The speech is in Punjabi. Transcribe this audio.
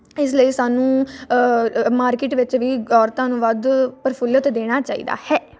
ਇਸ ਲਈ ਸਾਨੂੰ ਮਾਰਕੀਟ ਵਿੱਚ ਵੀ ਔਰਤਾਂ ਨੂੰ ਵੱਧ ਪ੍ਰਫੁੱਲਤ ਦੇਣਾ ਚਾਹੀਦਾ ਹੈ